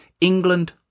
England